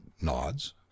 nods